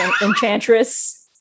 Enchantress